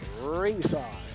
ringside